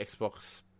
Xbox